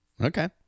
Okay